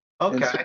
Okay